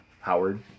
Howard